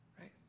right